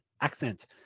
accent